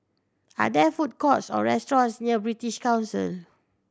are there food courts or restaurants near British Council